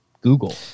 Google